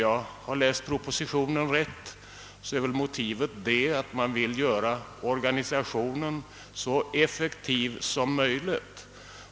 Ja, om jag läst propositionen rätt är motivet att man vill göra organisationen så effektiv som möjligt.